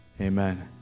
Amen